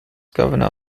governor